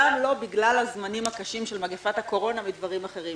גם לא בגלל הזמנים הקשים של מגיפת הקורונה ודברים אחרים,